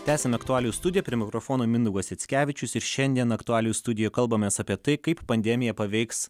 tęsiam aktualijų studiją prie mikrofono mindaugas jackevičius ir šiandien aktualijų studijoj kalbamės apie tai kaip pandemija paveiks